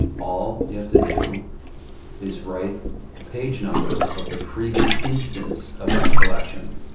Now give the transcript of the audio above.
all you have to do is write the page number of the previous instance of that collection.